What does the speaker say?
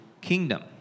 kingdom